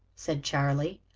said charley.